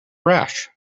rash